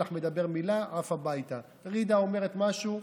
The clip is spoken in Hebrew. נשים לו שם מבנה, נבנה לו מבנה בצורת מריצה,